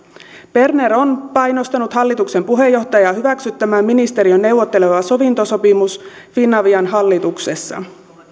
berner on painostanut hallituksen puheenjohtajaa hyväksyttämään ministeriön neuvottelema sovintosopimus finavian hallituksessa